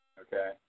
Okay